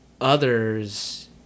others